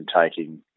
taking